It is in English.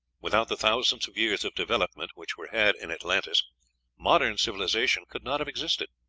without the thousands of years of development which were had in atlantis modern civilization could not have existed.